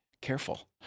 careful